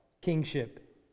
kingship